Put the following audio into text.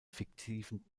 fiktiven